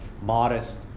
modest